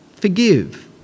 forgive